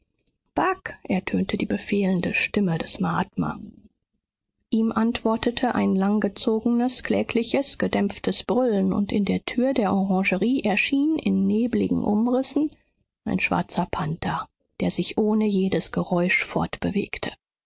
bagh ertönte die befehlende stimme des mahatma ihm antwortete ein langgezogenes klägliches gedämpftes brüllen und in der tür der orangerie erschien in nebligen umrissen ein schwarzer panther der sich ohne jedes geräusch fortbewegte